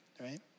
right